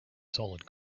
solid